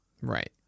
Right